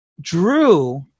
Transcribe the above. Drew